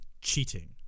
cheating